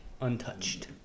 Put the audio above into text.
untouched